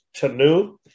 tanu